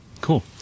cool